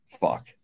Fuck